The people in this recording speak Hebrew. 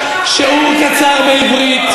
שיעור קצר בעברית.